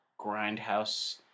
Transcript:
grindhouse